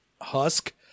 husk